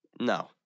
No